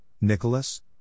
Nicholas